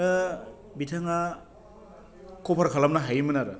बिथाङा कभार खालामनो हायोमोन आरो